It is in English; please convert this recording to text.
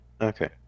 Okay